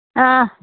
हां